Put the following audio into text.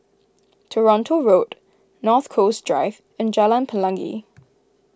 Toronto Road North Coast Drive and Jalan Pelangi